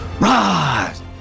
rise